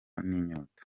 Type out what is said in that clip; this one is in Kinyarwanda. n’inyota